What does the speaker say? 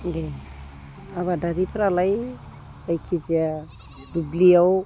दे आबादारिफोरालाय जायखि जाया दुब्लियाव